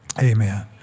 amen